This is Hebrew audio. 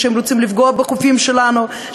שהם רוצים לפגוע בחופים שלנו,